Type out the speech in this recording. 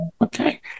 Okay